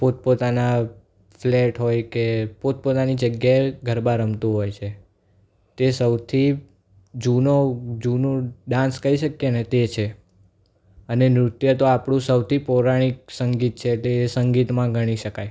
પોતપોતાના ફ્લેટ હોય કે પોતપોતાની જગ્યાએ ગરબા રમતું હોય છે તે સૌથી જૂનો જૂનું ડાન્સ કહી શકીએ ને તે છે અને નૃત્ય તો આપણું સૌથી પૌરાણિક સંગીત છે તે સંગીતમાં ગણી શકાય